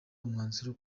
umwanzuro